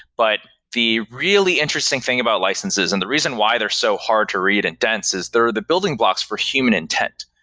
but the really interesting thing about licenses and the reason why they're so hard to read and dense is they're the building blocks for human intent.